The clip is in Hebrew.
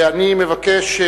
ואני מבקש,